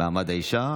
מעמד האישה.